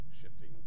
shifting